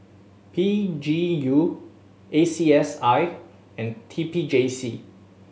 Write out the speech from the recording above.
P G U A C S I and T P J C